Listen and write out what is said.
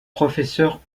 professeur